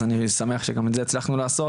אז אני שמח שגם את זה הצלחנו לעשות.